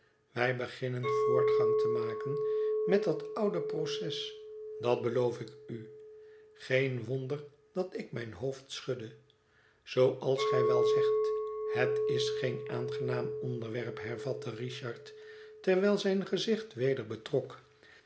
wij beginnen voortgang te maken met dat oude proces dat beloof ik u geen wonder dat ik mijn hoofd schudde zooals gij wel zegt het is geen aangenaam onderwerp hervatte richard terwijl zijn gezicht weder betrok